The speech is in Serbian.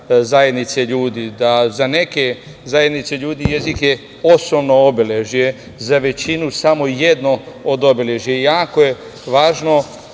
zajednice ljudi, da za neke zajednice ljudi jezik je osnovno obeležje, za većinu samo jedno od obeležja. Jako je važno